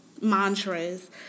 mantras